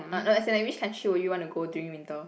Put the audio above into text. uh no as in like which country would you want to go during winter